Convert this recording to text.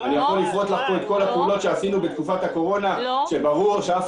אני יכול לספר לך על כל הפעולות שעשינו בתקופת הקורונה וברור שאף